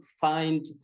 find